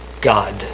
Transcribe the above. God